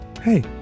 hey